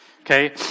okay